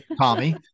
Tommy